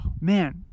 man